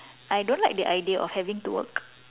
I don't like the idea of having to work